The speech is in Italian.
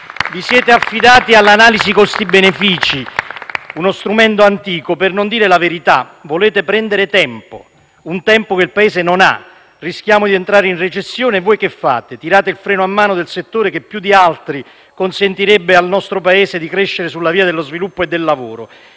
Vi siete affidati all'analisi costi-benefici, uno strumento antico per non dire la verità: volete prendere tempo, un tempo che il Paese non ha. Rischiamo di entrare in recessione e voi che fate? Tirate il freno a mano del settore che più di altri consentirebbe al nostro Paese di crescere sulla via dello sviluppo e del lavoro.